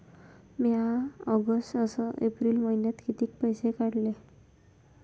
म्या ऑगस्ट अस एप्रिल मइन्यात कितीक पैसे काढले?